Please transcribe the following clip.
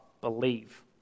believe